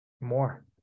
more